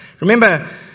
remember